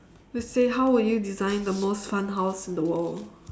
just say how will you design the most fun house in the world